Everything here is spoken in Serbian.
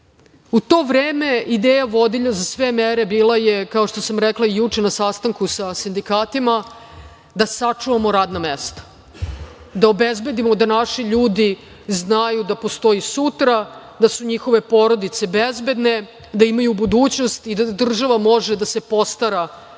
u to vreme ideja vodilja za sve mere bila je, kao što sam rekla juče na sastanku sa sindikatima, da sačuvamo radna mesta, da obezbedimo da naši ljudi znaju da postoji sutra, da su njihove porodice bezbedne, da imaju budućnost i da država može da se postara da oni